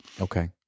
Okay